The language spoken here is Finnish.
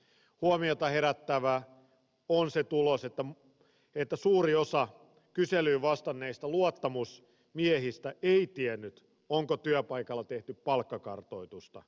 huomiota herättävä on se tulos että suuri osa kyselyyn vastanneista luottamusmiehistä ei tiennyt onko työpaikalla tehty palkkakartoitusta